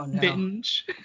binge